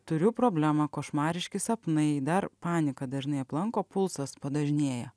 turiu problemą košmariški sapnai dar panika dažnai aplanko pulsas padažnėja